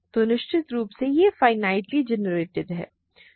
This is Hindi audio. तो निश्चित रूप से यह फाइनाइटली जनरेटेड है